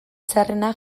txarrenak